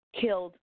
killed